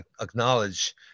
acknowledge